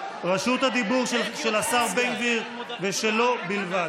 רשות הדיבור היא של השר בין גביר ושלו בלבד.